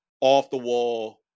off-the-wall